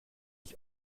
ich